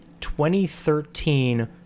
2013